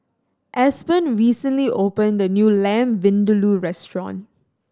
Aspen recently opened a new Lamb Vindaloo restaurant